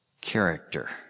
character